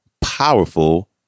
powerful